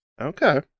Okay